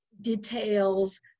details